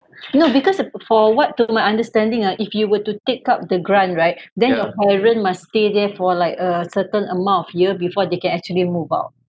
no because for what to my understanding ah if you were to take up the grant right then your parents must stay there for like a certain amount of year before they can actually move out